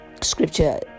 scripture